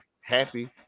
happy